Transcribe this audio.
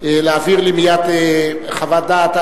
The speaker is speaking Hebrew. להעביר לי מייד חוות דעת,